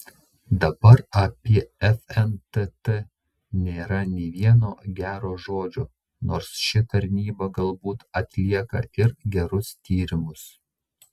dabar apie fntt nėra nė vieno gero žodžio nors ši tarnyba galbūt atlieka ir gerus tyrimus